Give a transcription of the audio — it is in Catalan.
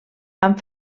amb